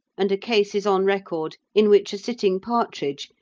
and a case is on record in which a sitting partridge,